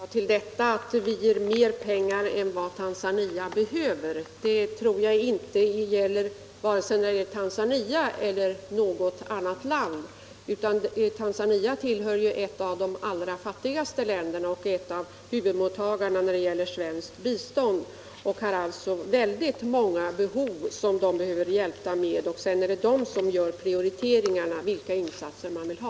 Herr talman! Att vi skulle ge mer pengar än vad landet behöver tror jag inte är riktigt vare sig när det gäller Tanzania eller något annat mottagarland. Tanzania är ju ett av de allra fattigaste länderna och är huvudmottagare i den svenska biståndsverksamheten. Tanzania har alltså många behov, och landet behöver hjälp med att få dessa tillgodosedda. Tanzania får själv göra prioriteringarna när det gäller de insatser landet vill ha.